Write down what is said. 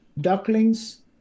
ducklings